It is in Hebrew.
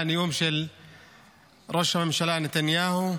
לנאום של ראש הממשלה נתניהו,